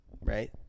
right